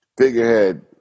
figurehead